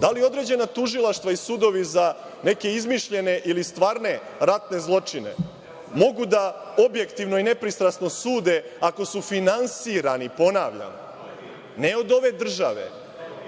Da li određena tužilaštva i sudovi za neke izmišljene ili stvarne ratne zločine, mogu da objektivno i nepristrasno sude ako su finansirani, ponavljam, ne od ove države